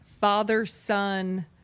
father-son